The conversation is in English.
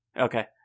Okay